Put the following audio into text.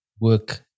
work